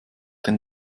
den